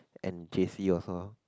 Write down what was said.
and J_C also